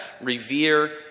revere